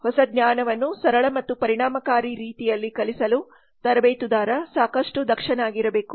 ಹೊಸ ಜ್ಞಾನವನ್ನು ಸರಳ ಮತ್ತು ಪರಿಣಾಮಕಾರಿ ರೀತಿಯಲ್ಲಿ ಕಲಿಸಲು ತರಬೇತುದಾರ ಸಾಕಷ್ಟು ದಕ್ಷನಾಗಿರಬೇಕು